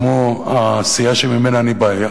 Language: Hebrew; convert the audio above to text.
כמו הסיעה שממנה אני בא,